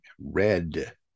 red